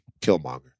Killmonger